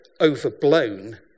overblown